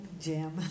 Jim